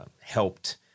helped